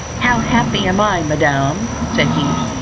how happy am i, madam, said he,